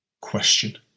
Question